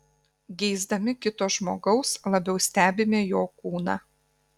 geisdami kito žmogaus labiau stebime jo kūną